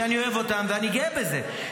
שאני אוהב אותם ואני גאה בזה,